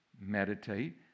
Meditate